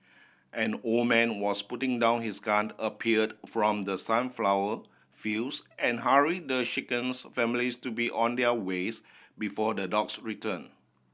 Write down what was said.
an old man was putting down his gun appeared from the sunflower fields and hurry the shaken families to be on their ways before the dogs return